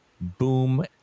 Boom